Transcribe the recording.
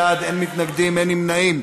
32 בעד, אין מתנגדים, אין נמנעים.